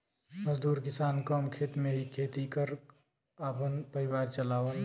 मजदूर किसान कम खेत में ही खेती कर क आपन परिवार चलावलन